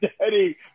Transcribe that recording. Daddy